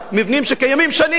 מבנים שקיימים שנים,